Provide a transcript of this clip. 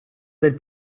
del